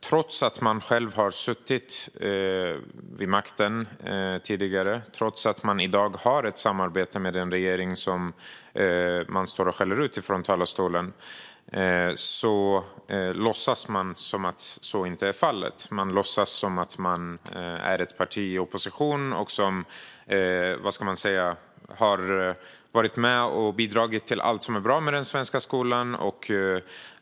Trots att de själva har suttit vid makten och trots att de i dag har ett samarbete med den regering som de skäller ut från talarstolen låtsas de att så inte är fallet. Liberalerna låtsas att de är ett parti som är i opposition och som har varit med och bidragit till allt som är bra med den svenska skolan.